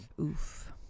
Oof